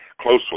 closely